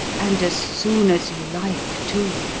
and as soon as you like, too.